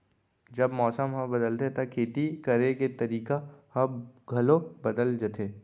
जब मौसम ह बदलथे त खेती करे के तरीका ह घलो बदल जथे?